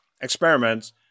experiments